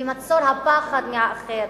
ומצור הפחד מהאחר